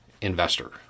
investor